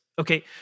Okay